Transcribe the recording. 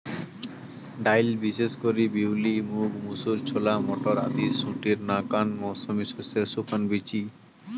ডাইল বিশেষ করি বিউলি, মুগ, মুসুর, ছোলা, মটর আদি শুটির নাকান মৌসুমী শস্যের শুকান বীচি